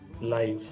life